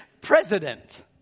President